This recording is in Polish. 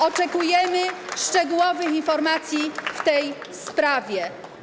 Oczekujemy szczegółowych informacji w tej sprawie.